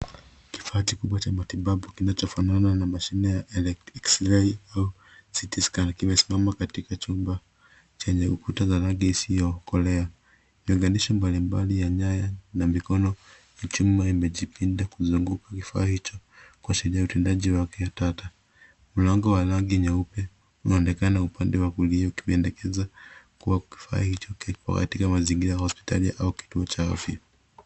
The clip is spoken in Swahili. Kifaa kikubwa cha matibabu kinachofanana na mashine ya eksirei au citi-scan kimesimama katika chumba chenye ukuta za rangi isiyokolea. Viunganishi mbalimbali ya nyaya na mikono yakiwa yamejipinda kuzunguka kifaa hicho kuashiria utendaji wake wa tata. Mlango wa rangi nyeupe unaonekana upande wa kulia ikipendekeza kuwa kifaa hicho kiko katika mazingira ya hospitali au kituo cha afya.